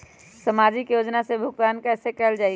सामाजिक योजना से भुगतान कैसे कयल जाई?